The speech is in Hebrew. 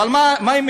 אבל מה מדברים?